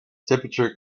temperature